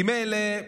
כי מילא,